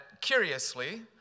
curiously